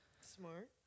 Smart